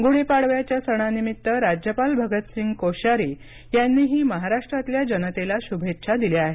गुढी पाडव्याच्या सणानिमित्त राज्यपाल भगतसिंग कोश्यारी यांनीही महाराष्ट्रातल्या जनतेला शुभेच्छा दिल्या आहेत